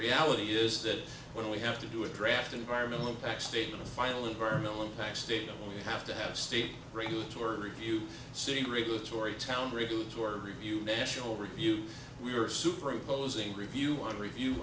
reality is that when we have to do a draft environmental impact statement a final environmental impact statement where you have to have state regulatory review city regulatory town regulatory review national review we are superimposing review on review